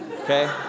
Okay